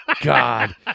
God